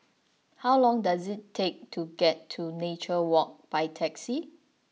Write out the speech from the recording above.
how long does it take to get to Nature Walk by taxi